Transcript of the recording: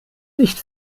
nicht